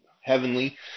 heavenly